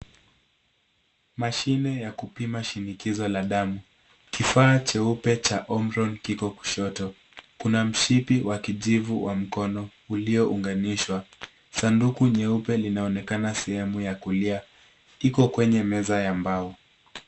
Mashine ya kupima shinikizo la damu. Kifaa cheupe cha honron kiko kushoto. Kuna mshipi wa kijivu wa mkono uliounganishwa. Sanduku nyeupe linaonekana sehemu ya kulia. Iko kwenye meza ya mbao.